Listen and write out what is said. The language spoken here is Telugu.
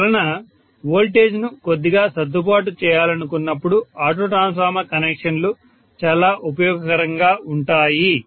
అందువలన వోల్టేజ్ను కొద్దిగా సర్దుబాటు చేయాలనుకున్నప్పుడు ఆటో ట్రాన్స్ఫార్మర్ కనెక్షన్లు చాలా ఉపయోగకరంగా ఉంటాయి